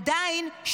עדיין,